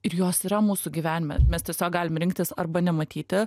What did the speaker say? ir jos yra mūsų gyvenime mes tiesiog galim rinktis arba nematyti